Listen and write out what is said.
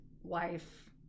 wife